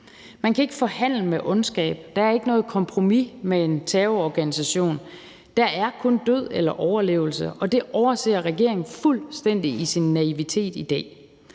Man kan ikke forhandle med ondskab. Der er ikke noget kompromis med en terrororganisation. Der er kun død eller overlevelse, og det overser regeringen fuldstændig i sin naivitet i dag.